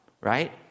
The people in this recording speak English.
right